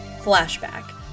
Flashback